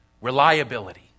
reliability